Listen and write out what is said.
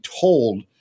told